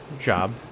job